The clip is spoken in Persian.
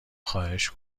خواهش